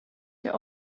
till